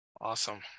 Awesome